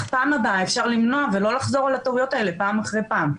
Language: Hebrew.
בפעם הבאה אפשר למנוע ולא לחזור על הטעויות האלה פעם אחרי פעם.